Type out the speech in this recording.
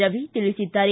ರವಿ ತಿಳಿಸಿದ್ದಾರೆ